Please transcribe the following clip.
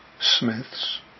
Smiths